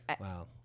Wow